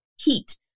heat